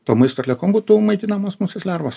tom maisto atliekom būtų maitinamos musės lervos